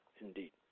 indeed